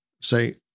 say